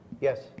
Yes